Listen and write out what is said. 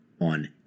on